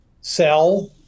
sell